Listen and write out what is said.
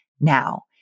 now